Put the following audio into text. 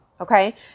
okay